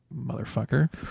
motherfucker